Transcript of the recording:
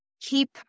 keep